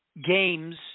games